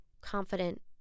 confident